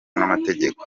n’amategeko